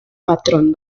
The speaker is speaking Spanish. patrón